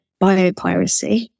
biopiracy